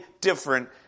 different